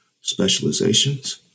specializations